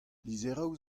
lizheroù